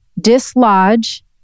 dislodge